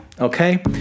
okay